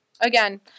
again